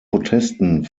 protesten